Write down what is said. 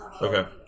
Okay